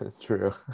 true